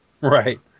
Right